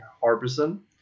Harbison